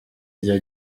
rya